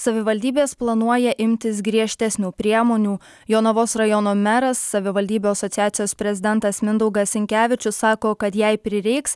savivaldybės planuoja imtis griežtesnių priemonių jonavos rajono meras savivaldybių asociacijos prezidentas mindaugas sinkevičius sako kad jei prireiks